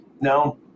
No